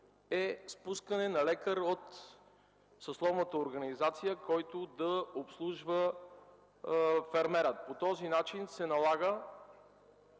– спускане на лекар от съсловната организация, който да обслужва фермера. По този начин се налага